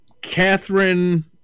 Catherine